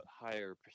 higher